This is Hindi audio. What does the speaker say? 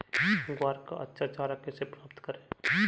ग्वार का अच्छा चारा कैसे प्राप्त करें?